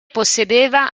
possedeva